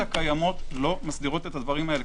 הן לא מסדירות את הדברים האלה.